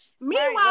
Meanwhile